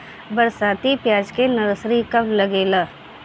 बरसाती प्याज के नर्सरी कब लागेला?